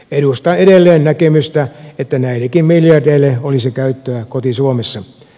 edustan edelleen näkemystä että näillekin miljardeille olisi käyttöä koti suomessa